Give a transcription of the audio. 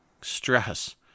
stress